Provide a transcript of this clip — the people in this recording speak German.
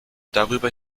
darüber